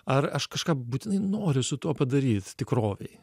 ar aš kažką būtinai noriu su tuo padaryt tikrovėj